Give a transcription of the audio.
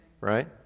right